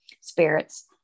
spirits